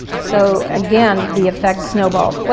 so again, the effects snowballed. well,